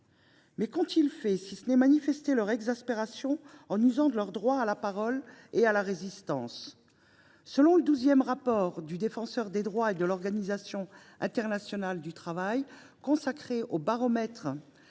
Mais qu’ont ils fait, si ce n’est manifester leur exaspération en usant de leur droit à la parole et la résistance ?